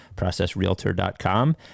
processrealtor.com